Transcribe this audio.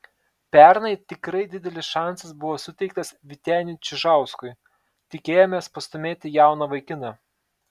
pernai tikrai didelis šansas buvo suteiktas vyteniui čižauskui tikėjomės pastūmėti jauną vaikiną